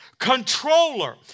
controller